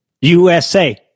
USA